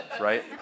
right